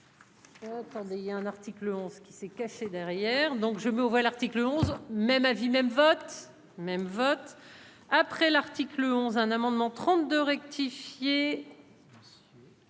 On il y a un article 11 qui s'est caché derrière. Donc, je veux voir l'article 11. Même avis même vote même vote après l'article 11, un amendement 32 rectifié.